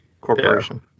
corporation